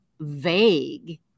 vague